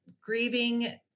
grieving